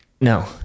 no